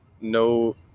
no